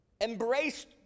embraced